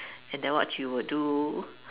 and then what you would do